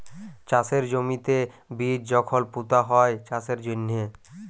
চাষের জমিতে বীজ যখল পুঁতা হ্যয় চাষের জ্যনহে